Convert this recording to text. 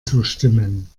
zustimmen